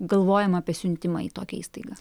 galvojama apie siuntimą į tokią įstaigą